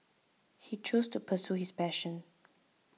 he chose to pursue his passion